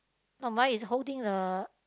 no mine is holding a